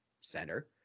center